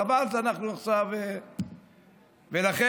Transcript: חבל שאנחנו עכשיו, ולכן,